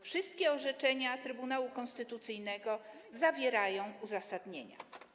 Wszystkie orzeczenia Trybunału Konstytucyjnego zawierają uzasadnienia.